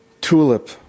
tulip